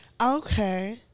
Okay